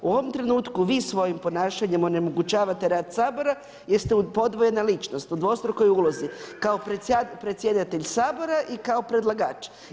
U ovom trenutku vi svojim ponašanjem onemogućavate rad Sabora jer ste podvojena ličnost, u dvostrukoj ulozi kao predsjedatelj Sabora i kao predlagač.